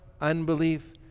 unbelief